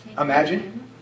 imagine